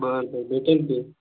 बरं बरं भेटेन की